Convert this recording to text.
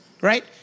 right